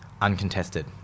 uncontested